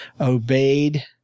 obeyed